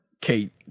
Kate